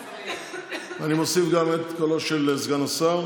אני מוסיף את קולו של סגן השר,